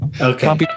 Okay